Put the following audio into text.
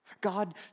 God